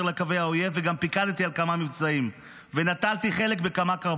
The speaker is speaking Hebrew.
לקווי האויב וגם פיקדתי על כמה מבצעים,